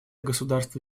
государство